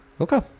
Okay